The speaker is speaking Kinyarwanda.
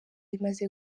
imaze